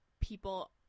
people